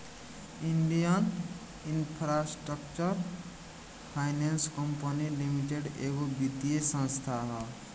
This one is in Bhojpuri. Indian infrastructure finance company limited एगो वित्तीय संस्था ह